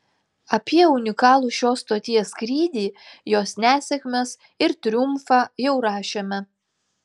apie unikalų šios stoties skrydį jos nesėkmes ir triumfą jau rašėme